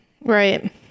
Right